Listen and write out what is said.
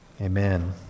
Amen